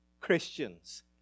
Christians